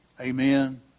Amen